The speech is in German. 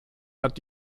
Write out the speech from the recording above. hat